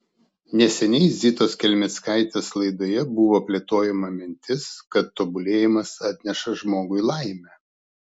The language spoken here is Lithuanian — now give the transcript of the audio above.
neseniai zitos kelmickaitės laidoje buvo plėtojama mintis kad tobulėjimas atneša žmogui laimę